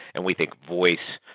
and we think voice,